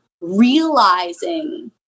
realizing